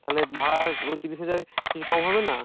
তাহলে ভাড়া ওই তিরিশ হাজার কিছু কম হবে না